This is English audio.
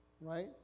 Right